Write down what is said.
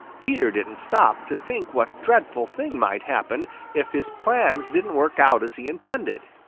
peter didn't stop to think what dreadful thing might happen if his plans didn't work out as he intended.